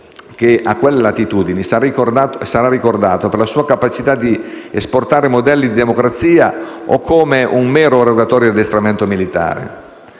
che a quelle latitudini sarà ricordato per la sua capacità di esportare modelli di democrazia, o come un mero erogatore di addestramento militare?